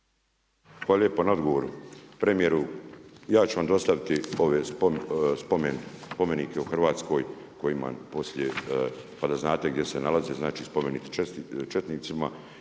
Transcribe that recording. Hvala lijepo na odgovor. Premjeru, ja ću vam dostaviti ove spomenike u Hrvatskoj koje imam poslije, pa da znate gdje se nalaze. Znači, spomenik četnicima,